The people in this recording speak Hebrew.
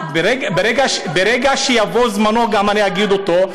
ברגע שיבוא זמנו, אני אגיד גם אותו.